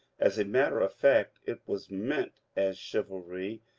as a matter of fact it was meant as chivalry,